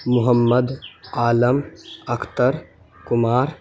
Muhammad Alam Akhtar Kumar